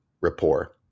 rapport